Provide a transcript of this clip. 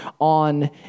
on